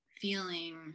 feeling